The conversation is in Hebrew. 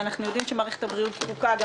ואנחנו יודעים שמערכת הבריאות זקוקה גם